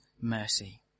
mercy